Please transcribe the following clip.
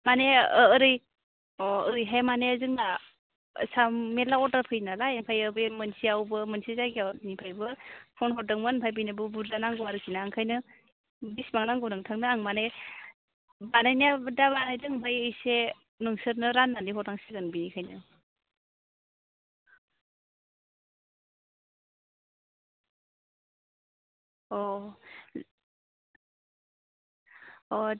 माने ओरै ओरैहाय ओरैहाय माने जोंना साम मेरला अर्डार फैयोनालाय आमफायो बे मोनसेआवबो मोनसे जागानिफ्रायबो पन हरदोंमोन ओमफ्राय बेनोबो बुरजा नांगौ आरोखि ना ओंखायनो बेसेबां नांगौ आं नोंथांनो माने बानायनाया दा बानायदों ओमफ्राय एसे नोंसोरनो रान्नानै हरनांसिगोन बेनिखायनो